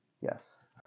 Yes